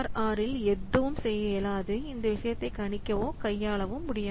R ஆல் எதுவும் செய்ய இயலாது இந்த விஷயத்தை கணிக்க அல்லது கையாள முடியாது